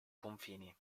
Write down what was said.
confini